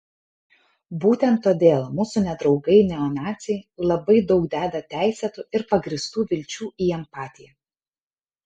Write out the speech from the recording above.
būtent todėl mūsų nedraugai neonaciai labai daug deda teisėtų ir pagrįstų vilčių į empatiją